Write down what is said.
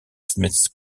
smith